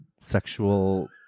sexual